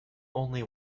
only